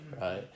right